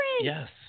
Yes